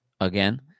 again